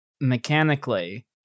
Mechanically